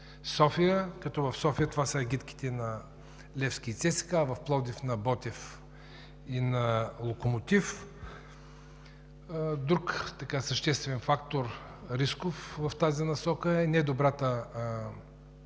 София, като в София това са агитките на „Левски“ и ЦСКА, а в Пловдив – на „Ботев“ и на „Локомотив“. Друг съществен рисков фактор в тази насока е недобрата